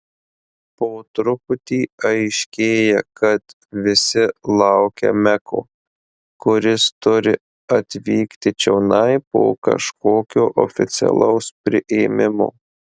po truputį aiškėja kad visi laukia meko kuris turi atvykti čionai po kažkokio oficialaus priėmimo